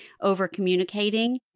over-communicating